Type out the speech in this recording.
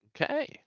Okay